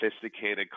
sophisticated